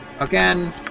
Again